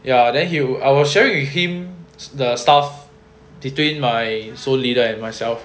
ya then he'll I were showing him the stuff between my soul leader and myself